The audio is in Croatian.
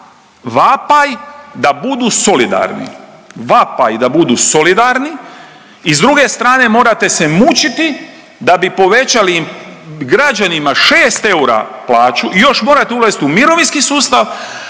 vapaj da budu solidarni, vapaj da budu solidarni i s druge strane morate se mučiti da bi povećali građanima 6 eura plaću i još morate ulaziti u mirovinski sustav,